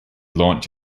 launch